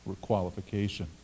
qualification